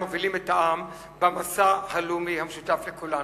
מובילים את העם במסע הלאומי המשותף לכולנו.